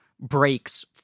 breaks